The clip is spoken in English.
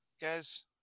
guys